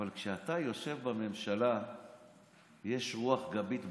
אבל כשאתה יושב בממשלה ויש רוח גבית בנושא,